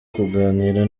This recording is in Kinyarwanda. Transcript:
kuganira